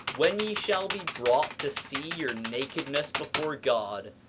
when ye shall be brought to see your nakedness before god,